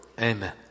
amen